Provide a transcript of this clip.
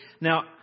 Now